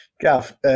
Gav